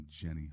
Jenny